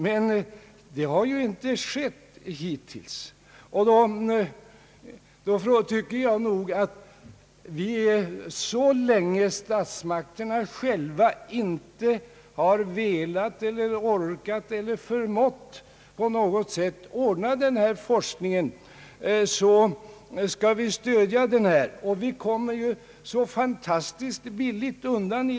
Men det har ju inte skett hittills. Så länge statsmakterna själva inte har velat, orkat eller förmått ordna denna forskning på något sätt, tycker jag att vi skall stödja den. Staten kommer ju så fantastiskt billigt undan.